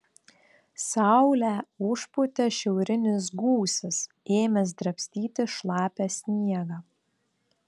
saulę užpūtė šiaurinis gūsis ėmęs drabstyti šlapią sniegą